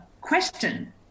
question